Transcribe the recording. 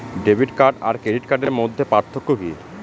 Debit card আর credit কার্ডের মধ্যে পার্থক্য কি?